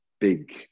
big